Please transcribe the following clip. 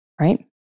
right